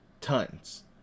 tons